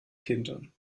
kindern